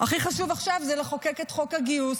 הכי חשוב עכשיו זה לחוקק את חוק הגיוס,